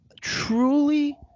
truly